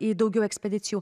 į daugiau ekspedicijų